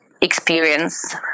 experience